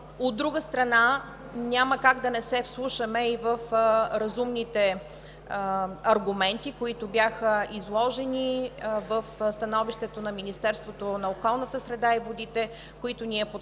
От друга страна, няма как да не се вслушаме и в разумните аргументи, които бяха изложени в становището на Министерството на околната среда и водите, които ние подкрепяме,